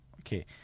okay